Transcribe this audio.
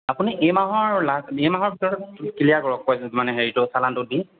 আপুনি এই মাহৰ লাষ্ট এই মাহৰ ভিতৰত ক্লিয়াৰ কৰক প মানে হেৰিটো চালানটো দি